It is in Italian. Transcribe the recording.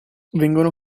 vengono